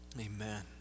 Amen